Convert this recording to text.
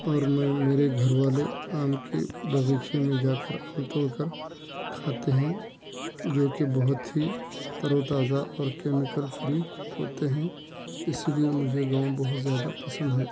اور میں میرے گھر والے آم کے باغیچے میں جا کر آم توڑ کر کھاتے ہیں جو کہ بہت ہی تر و تازہ اور کیمکل فری ہوتے ہیں اس لیے مجھے گاؤں بہت زیادہ پسند ہے